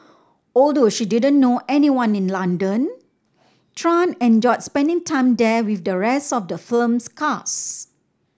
although she didn't know anyone in London Tran enjoyed spending time there with the rest of the film's cast